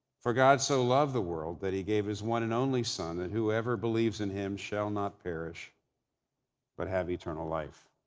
for god so loved the world that he gave his one and only son. and whoever believes in him shall not perish but have eternal life